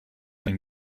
den